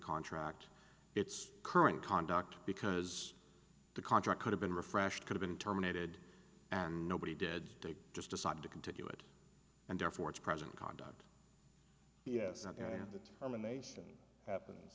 contract it's current conduct because the contract could have been refresh could have been terminated and nobody did they just decide to continue it and therefore it's present conduct yes and the terminations happen